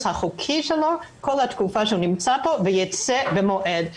החוקי שלו כל התקופה שהוא נמצא פה ושיצא במועד,